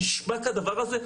הנשמע כדבר הזה?